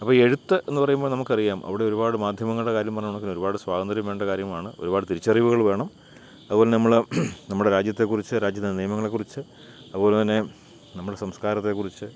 അപ്പോൾ ഈ എഴുത്ത് എന്നു പറയുമ്പോൾ നമുക്ക് അറിയാം അവിടെ ഒരുപാട് മാധ്യമങ്ങളുടെ കാര്യം പറഞ്ഞ കണക്കിന് ഒരുപാട് സ്വാതന്ത്ര്യം വേണ്ട കാര്യമാണ് ഒരുപാട് തിരിച്ചറിവുകൾ വേണം അതുപോലെത്തന്നെ നമ്മളെ നമ്മുടെ രാജ്യത്തെക്കുറിച്ച് രാജ്യത്തിൻ്റെ നിയമങ്ങളെക്കുറിച്ച് അതുപോലെത്തന്നെ നമ്മുടെ സംസ്കാരത്തെക്കുറിച്ച്